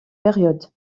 période